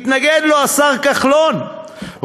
התנגדו לו השר כחלון,